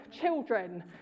children